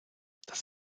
das